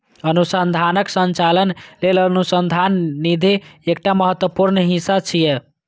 अनुसंधानक संचालन लेल अनुसंधान निधि एकटा महत्वपूर्ण हिस्सा छियै